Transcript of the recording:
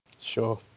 Sure